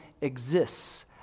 exists